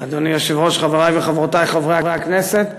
אדוני היושב-ראש, חברי וחברותי חברי הכנסת,